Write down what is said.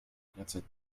jederzeit